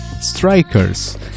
Strikers